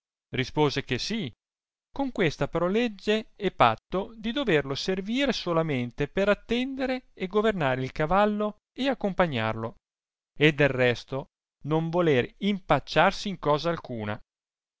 s con questa però legge e patto di doverlo servire solamente per attendere e governare il cavallo e accompagnarlo e del resto non voler impacciarsi in cosa alcuna